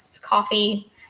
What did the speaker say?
coffee